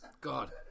God